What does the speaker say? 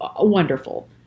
wonderful